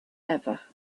ever